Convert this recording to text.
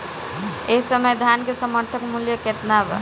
एह समय धान क समर्थन मूल्य केतना बा?